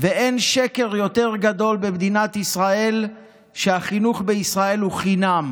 ואין שקר יותר גדול מכך שהחינוך בישראל הוא חינם.